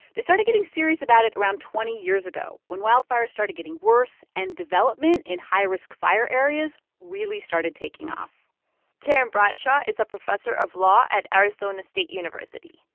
they started getting serious about it around twenty years ago, when wildfires started getting worse and development in high-risk fire areas really started taking off karen bradshaw is a professor of law at arizona state university.